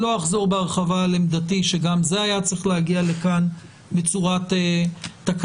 לא אחזור בהרחבה על עמדתי שגם זה היה צריך להגיע לכאן בצורת תקנות.